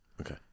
Okay